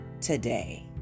today